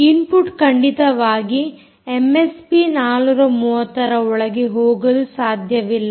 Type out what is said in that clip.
input ಖಂಡಿತವಾಗಿ MSP 430 ರ ಒಳಗೆ ಹೋಗಲು ಸಾಧ್ಯವಿಲ್ಲ